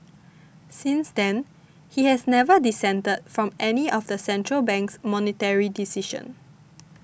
since then he has never dissented from any of the central bank's monetary decisions